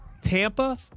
Tampa